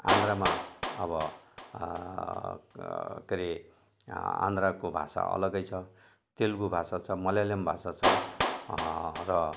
आन्ध्रमा अब के हरे आन्ध्रको भाषा अलगै छ तेलुगु भाषा छ मल्यालम भाषा छ र